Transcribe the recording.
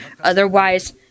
Otherwise